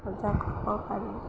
সজাগ হ'ব পাৰি